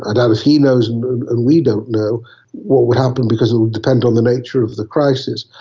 i doubt if he knows and we don't know what will happen because it will depend on the nature of the crisis,